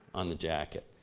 on the jackets.